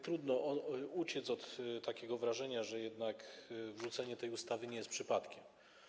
Trudno uciec od takiego wrażenia, że jednak powrócenie tej ustawy nie jest przypadkiem.